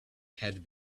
had